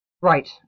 Right